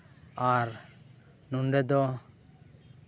ᱟᱨ ᱱᱚᱸᱰᱮ ᱫᱚ